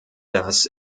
das